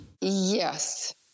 Yes